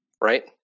Right